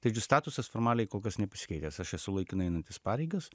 taigi statusas formaliai kol kas nepasikeitęs aš esu laikinai einantis pareigas